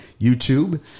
YouTube